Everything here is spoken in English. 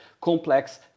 Complex